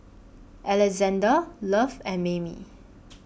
Alexzander Love and Mayme